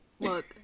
Look